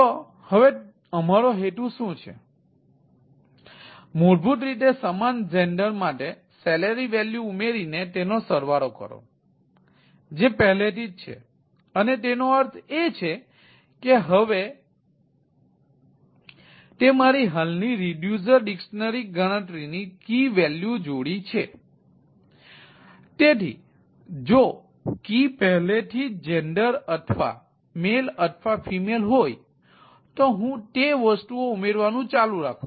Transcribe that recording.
તે મૂળભૂત રીતે તે gender અથવા gender સાથે કી વેલ્યૂ ની જોડી અને તે વસ્તુ માટે વેલ્યુ વાંચી રહ્યા છે અથવા બીજી રીતે કહું તો gender અને salary ની વૅલ્યુ વાંચી રહ્યા છે